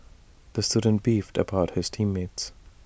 the student beefed about his team mates